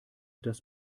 das